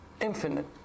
infinite